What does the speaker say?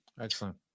Excellent